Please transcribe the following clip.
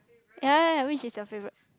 ya ya which is your favourite